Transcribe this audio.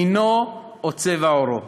מינו או צבע עורו.